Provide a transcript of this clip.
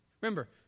Remember